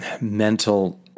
mental